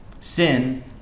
Sin